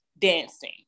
dancing